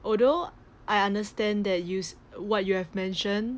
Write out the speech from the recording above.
although I understand they use what you have mentioned